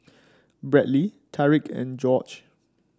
Bradley Tarik and Jorge